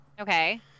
Okay